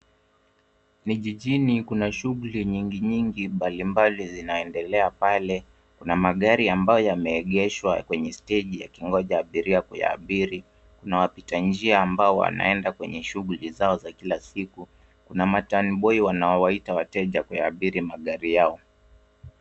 Ni jijini kuna shughuli nyingi, nyingi, mbalimbali zinaendelea pale. Kuna magari ambayo yameegeshwa kwenye stage yakingoja abiria kuyaabiri, kuna wapita njia ambao wanaenda kwenye shughuli zao za kila siku. Kuna maturnboy wanaowaita wateja kuyaabiri magari yao.